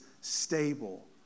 stable